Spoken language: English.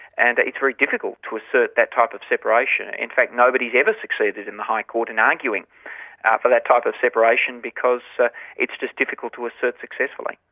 and it's very difficult to assert that type of separation. in fact, nobody's ever succeeded in the high court in arguing for that type of separation because so it's just difficult to assert successfully.